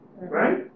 Right